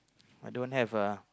I don't have ah